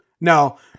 No